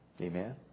Amen